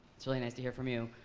it's really nice to hear from you.